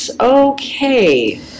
okay